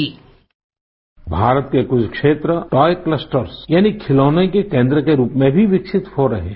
sound bite Bharat के कुछ क्षेत्र टॉय क्लस्टर्स यानी खिलौनों के केन्द्र के रूप में भी विकसित हो रहे हैं